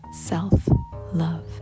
Self-love